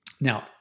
Now